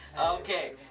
Okay